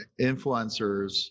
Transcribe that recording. influencers